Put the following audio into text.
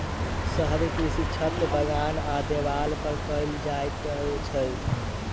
शहरी कृषि छत, बगान आ देबाल पर कयल जाइत छै